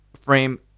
frame